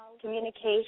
communication